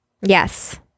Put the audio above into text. Yes